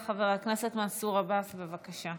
חבר הכנסת מנסור עבאס, בבקשה.